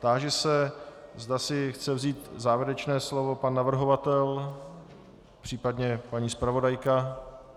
Táži se, zda si chce vzít závěrečné slovo pan navrhovatel, případně paní zpravodajka.